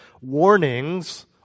Warnings